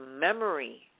memory